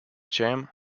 cham